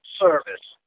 service